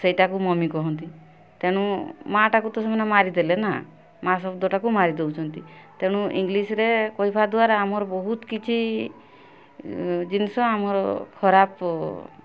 ସେଇଟାକୁ ମମି କୁହନ୍ତି ତେଣୁ ମା'ଟାକୁ ତ ସେମାନେ ମାରିଦେଲେ ନା ମା' ଶବ୍ଦଟାକୁ ମାରି ଦେଉଛନ୍ତି ତେଣୁ ଇଂଲିଶ୍ରେ କହିବା ଦ୍ୱାରା ଆମର ବହୁତ କିଛି ଜିନିଷ ଆମର ଖରାପ